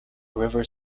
river